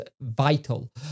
vital